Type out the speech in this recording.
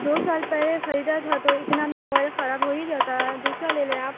دو سال پہلے خریدا تھا تو اتنا بھی موبائل خراب ہو ہی جاتا تھا دوسرا لے لیں آپ